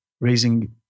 raising